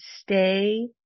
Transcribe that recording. stay